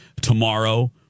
Tomorrow